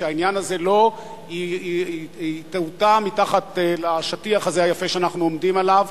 שהעניין הזה לא יטואטא מתחת לשטיח הזה היפה שאנחנו עומדים עליו.